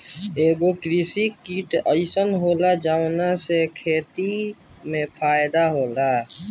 एगो कृषि किट अइसन होएला जवना से खेती के फायदा होला